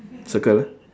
circle